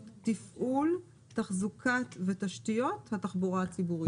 תפעול תחזוקת ותשתיות התחבורה הציבורית.